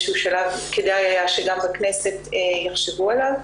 שהוא שלב כדאי היה שגם בכנסת יחשבו עליו.